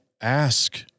ask